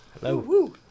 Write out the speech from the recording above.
hello